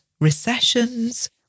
recessions